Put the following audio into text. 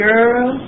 Girl